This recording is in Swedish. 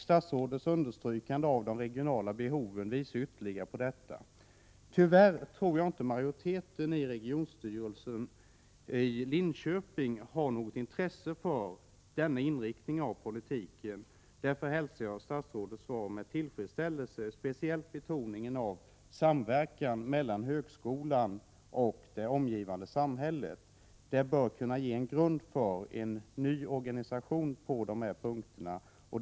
Statsrådets understrykande av de regionala behoven visar ytterligare på denna avsikt. Tyvärr tror jag inte att majoriteten av regionstyrelsen i Linköping har något intresse för denna inriktning av politiken. Därför hälsar jag statsrådets svar med tillfredsställelse och då speciellt betoningen av samverkan mellan högskolan och det omgivande samhället. Det bör kunna ge en grund för en ny organisation på denna punkt.